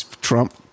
Trump